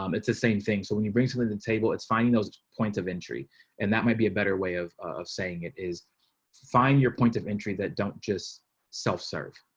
um it's the same thing. so when you bring to the table. it's finding those points of entry and that might be a better way of saying it is find your point of entry that don't just self serve